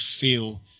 feel